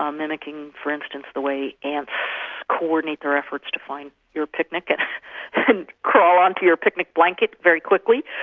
um mimicking for instance, the way ants co-ordinate their efforts to find your picnic and crawl on to your picnic blanket very quickly.